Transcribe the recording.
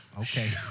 Okay